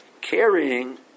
carrying